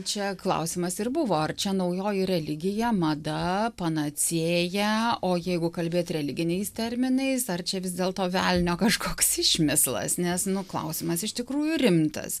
čia klausimas ir buvo ar čia naujoji religija mada panacėja o jeigu kalbėt religiniais terminais ar čia vis dėlto velnio kažkoks išmislas nes nu klausimas iš tikrųjų rimtas